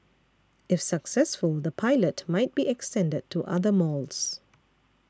if successful the pilot might be extended to other malls